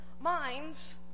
minds